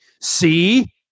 see